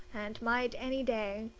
and might any day.